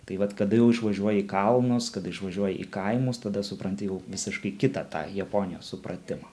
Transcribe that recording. tai vat kada jau išvažiuoji į kalnus kada išvažiuoji į kaimus tada supranti jau visiškai kitą tą japonijos supratimą